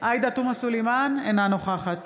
תומא סלימאן, אינה נוכחת